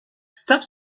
stop